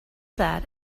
that